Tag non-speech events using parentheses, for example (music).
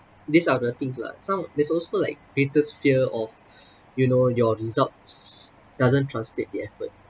these are the things lah some there's also like greatest fear of (breath) you know your results doesn't translate the effort